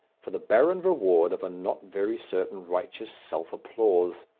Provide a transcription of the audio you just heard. for the barren reward of a not very certain righteous self-applause.